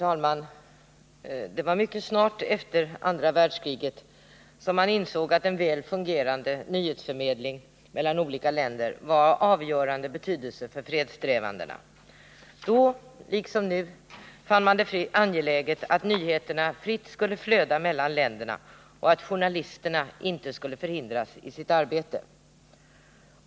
Herr talman! Mycket snart efter andra världskriget insåg man att en väl fungerande nyhetsförmedling mellan olika länder var av avgörande betydelse för fredssträvandena. Då liksom nu fann man det angeläget att nyheterna fritt skulle flöda mellan länderna och att journalisterna inte skulle hindras i sitt arbete.